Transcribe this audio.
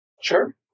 Sure